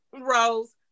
rose